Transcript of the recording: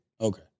Okay